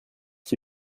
qui